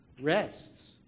rests